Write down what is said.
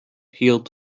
healed